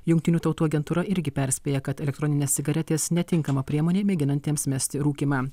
jungtinių tautų agentūra irgi perspėja kad elektroninės cigaretės netinkama priemonė mėginantiems mesti rūkymą